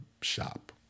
shop